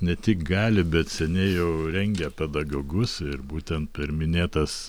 ne tik gali bet seniai jau rengia pedagogus ir būtent per minėtas